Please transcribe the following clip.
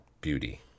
beauty